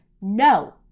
no